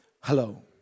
hello